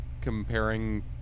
comparing